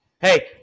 Hey